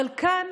אבל כאן